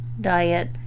diet